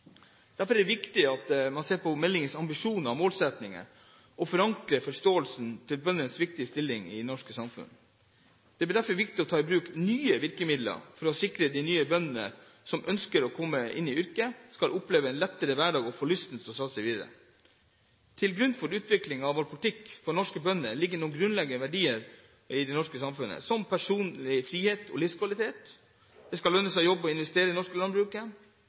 Derfor er det viktig at meldingens ambisjoner og målsettinger er forankret i en forståelse av bøndenes viktige stilling i det norske samfunnet. Det blir derfor viktig å ta i bruk nye virkemidler for å sikre at de nye bøndene som ønsker å komme inn i yrket, skal oppleve en lettere hverdag og få lyst til å satse videre. Til grunn for utviklingen av vår politikk for norske bønder ligger noen grunnleggende verdier i det norske samfunnet, som personlig frihet og livskvalitet at det skal lønne seg å jobbe og investere i